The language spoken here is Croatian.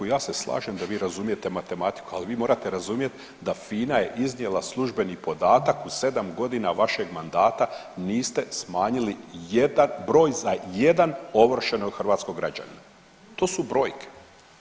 Ja se slažem da vi razumijete matematiku ali vi morate razumijet da FINA je iznijela službeni podatak u 7 godina vašeg mandata niste smanjili jedan broj za jedan ovršenog hrvatskog građanina, to su brojke.